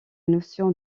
notion